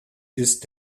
ist